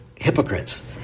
hypocrites